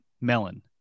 melon